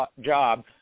job